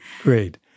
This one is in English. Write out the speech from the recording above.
great